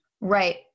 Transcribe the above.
right